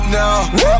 now